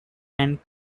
and